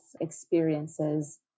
experiences